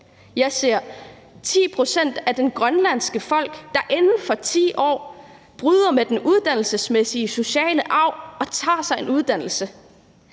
Jeg ser 10 pct. af det grønlandske folk, der inden for 10 år bryder med den uddannelsesmæssige sociale arv og tager sig en uddannelse.